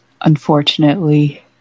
Unfortunately